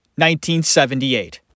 1978